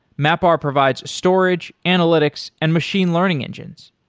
mapr provides storage, analytics and machine learning engines.